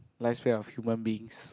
lifespan of human beings